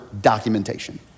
documentation